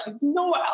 no